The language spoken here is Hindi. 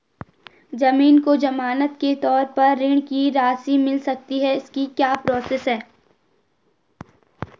ज़मीन को ज़मानत के तौर पर ऋण की राशि मिल सकती है इसकी क्या प्रोसेस है?